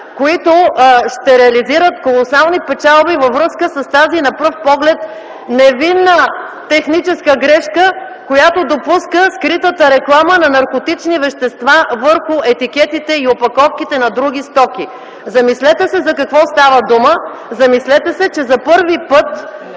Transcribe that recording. които ще реализират колосални печалби във връзка с тази на пръв поглед „невинна техническа грешка”, която допуска скритата реклама на наркотични вещества върху етикетите и опаковките на други стоки. Замислете се за какво става дума! Замислете се, че за първи път